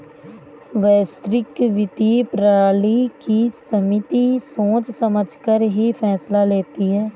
वैश्विक वित्तीय प्रणाली की समिति सोच समझकर ही फैसला लेती है